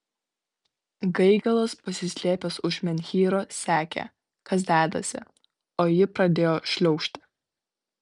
gaigalas pasislėpęs už menhyro sekė kas dedasi o ji pradėjo šliaužti